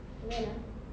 when ah